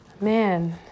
man